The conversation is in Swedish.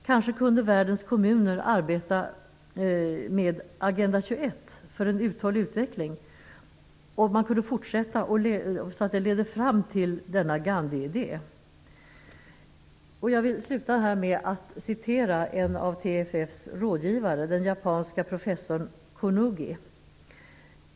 Kanske kunde världens kommuners arbete med Agenda 21 för en uthållig utveckling leda fram till att denna Gandhi-idé förverkligades. Jag vill avsluta med att citera en av TFF:s rådgivare, den japanske professorn Kunugi.